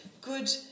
good